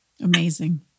Amazing